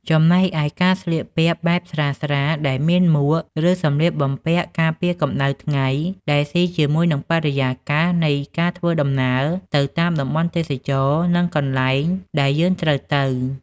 ចំណែកឯការស្លៀកពាក់បែបស្រាលៗដែលមានមួក ឬសម្លៀកបំពាក់ការពារកំដៅថ្ងៃដែលសុីជាមួយនិងបរិយាកាសនៃការធ្វើដំណើរទៅតាមតំបន់ទេសចរនិងទីកន្លែងដែលយើងត្រូវទៅ។